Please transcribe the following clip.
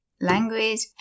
language